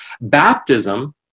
baptism